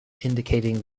indicating